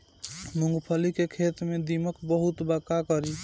मूंगफली के खेत में दीमक बहुत बा का करी?